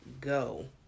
go